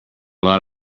lot